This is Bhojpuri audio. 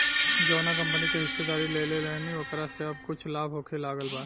जावना कंपनी के हिस्सेदारी लेले रहनी ओकरा से अब कुछ लाभ होखे लागल बा